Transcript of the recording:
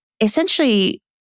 essentially